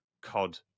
COD